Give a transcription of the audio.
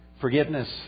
forgiveness